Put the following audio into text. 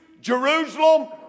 Jerusalem